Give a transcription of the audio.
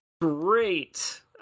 great